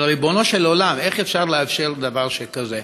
אבל, ריבונו של עולם, איך אפשר לאפשר דבר שכזה?